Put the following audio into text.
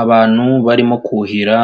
Abantu barimo kuhira